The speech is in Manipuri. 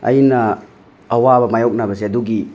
ꯑꯩꯅ ꯑꯋꯥꯕ ꯃꯥꯏꯌꯣꯛꯅꯕꯁꯦ ꯑꯗꯨꯒꯤ